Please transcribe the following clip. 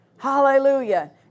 Hallelujah